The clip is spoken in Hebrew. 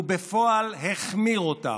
ובפועל החמיר אותה.